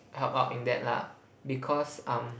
help out in that lah because um